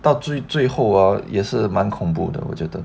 到最最后 ah 也是蛮恐怖的我觉得